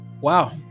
Wow